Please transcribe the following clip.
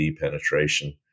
penetration